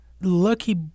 lucky